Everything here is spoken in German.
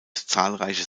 zahlreiche